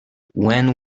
when